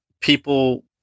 people